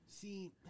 See